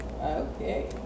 Okay